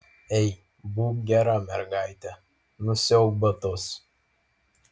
ei būk gera mergaitė nusiauk batus